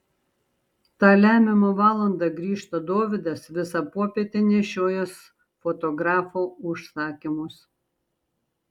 tą lemiamą valandą grįžta dovydas visą popietę nešiojęs fotografo užsakymus